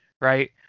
Right